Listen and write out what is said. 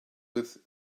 with